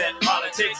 politics